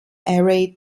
array